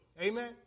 Amen